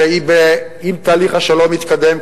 שאם תהליך שלום יתקדם,